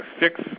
six